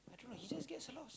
he just gets a lot of things